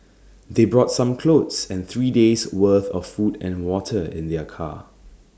they brought some clothes and three days' worth of food and water in their car